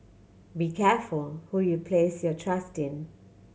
be careful who you place your trust in